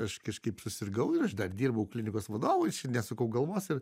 aš kažkaip susirgau ir aš dar dirbau klinikos vadovu nesukau galvos ir